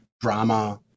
drama